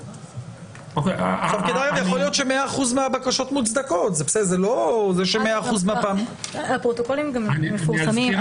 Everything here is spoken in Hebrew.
יכול להיות שמאה אחוז מהבקשות מוצדקות --- הפרוטוקולים גם מפורסמים.